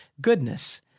goodness